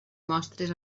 mostres